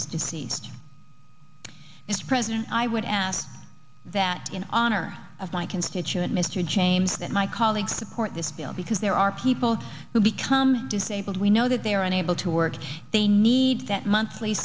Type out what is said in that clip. is deceased is president i would ask that in honor of my constituent mr james that my colleagues support this bill because there are people who become disabled we know that they are unable to work they need that monthly